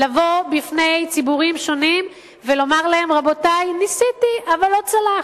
אני מתביישת לבוא בפני ציבורים שונים ולומר להם: ניסיתי אבל לא צלח.